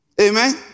Amen